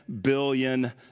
billion